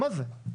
מה זה?